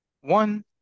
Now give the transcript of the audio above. One